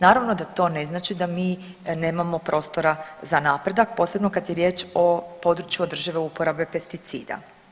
Naravno da to ne znači da mi nemamo prostora za napredak posebno kada je riječ o području održive uporabe pesticida.